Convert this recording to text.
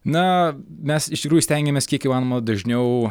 na mes iš tikrųjų stengiamės kiek įmanoma dažniau